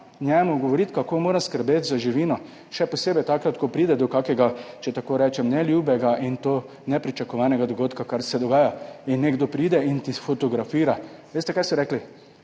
njemu govoriti, kako mora skrbeti za živino, še posebej takrat, ko pride do kakega, če tako rečem, neljubega in to nepričakovanega dogodka, kar se dogaja. In nekdo pride in ti fotografira. Veste kaj so rekli?